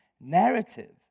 narrative